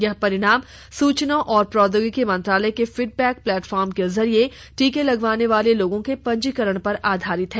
यह परिणाम सूचना और प्रौद्योगिकी मंत्रालय के फीडबैक प्लेटफार्म के जरिये टीके लगवाने वाले लोगों के पंजीकरण पर आधारित हैं